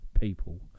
People